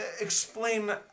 explain